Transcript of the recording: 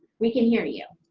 we can hear you.